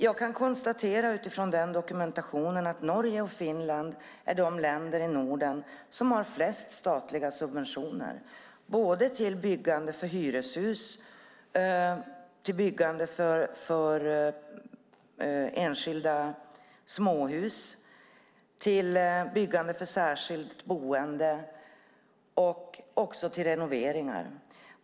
Jag kan konstatera utifrån dokumentationen att Norge och Finland är de länder i Norden som har flest statliga subventioner både till byggande av hyreshus, byggande av enskilda småhus, byggande av särskilt boende och också till renoveringar.